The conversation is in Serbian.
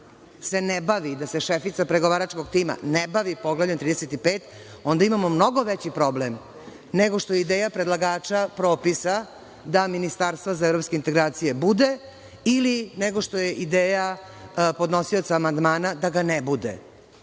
da se šefica pregovaračkog tima ne bavi Poglavljem 35, onda imamo mnogo veći problem, nego što je ideja predlagača propisa da ministarstva za evropske integracije bude, ili nego što je ideja podnosioca amandmana – da ga ne bude.